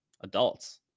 adults